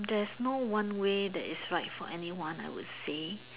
there's no one way that is right for anyone I would say